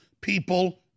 people